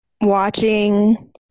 watching